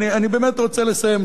אני באמת רוצה לסיים.